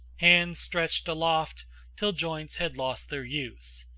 hands stretched aloft till joints had lost their use,